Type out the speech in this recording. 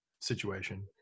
situation